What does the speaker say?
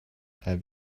have